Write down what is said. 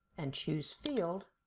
and choose field.